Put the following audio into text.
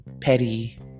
petty